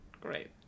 Great